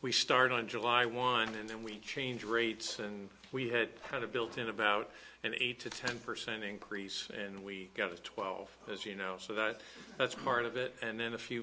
we start on july wine and then we change rates and we had kind of built in about an eight to ten percent increase and we got to twelve as you know so that that's part of it and then a few